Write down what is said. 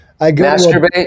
Masturbate